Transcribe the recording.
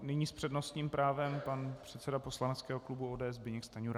Nyní s přednostním právem pan předseda poslaneckého klubu ODS Zbyněk Stanjura.